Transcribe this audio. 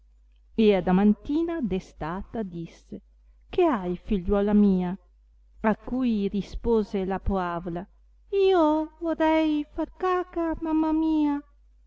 e adamantina destata disse che hai figliuola mia a cui rispose la poavola io vorrei far caca mamma mia